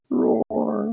Roar